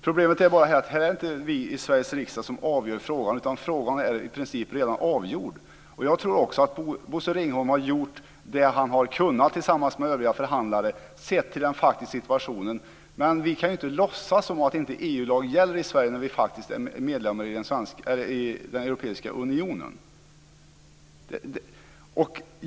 Problemet är bara att det inte är vi i Sveriges riksdag som avgör frågan, utan frågan är i princip redan avgjord. Jag tror också att Bosse Ringholm har gjort det han har kunnat tillsammans med övriga förhandlare, sett till den faktiska situationen. Men vi kan inte låtsas som om EU-lag inte gäller i Sverige när vi faktiskt är medlemmar i den europeiska unionen.